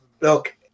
look